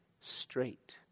straight